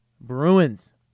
Bruins